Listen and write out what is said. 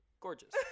gorgeous